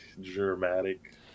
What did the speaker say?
dramatic